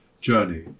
journey